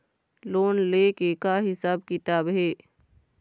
Loan ले के का हिसाब किताब हे?